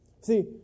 See